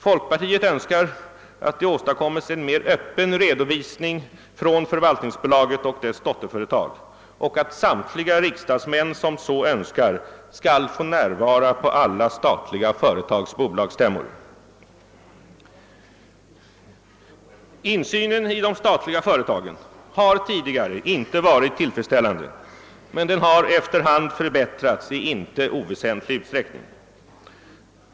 Folkpartiet önskar att det åstadkommes en mer öppen redovisning från förvalt ningsbolaget och dess dotterföretag och att samtliga riksdagsmän som så önskar skall få närvara på alla statliga företags bolagsstämmor. Insynen i de statliga företagen har tidigare inte varit tillfredsställande, men den har efter hand förbättrats i icke oväsentlig utsträckning.